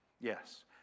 Yes